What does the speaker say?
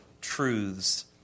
truths